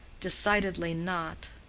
decidedly not.